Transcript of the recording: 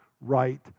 right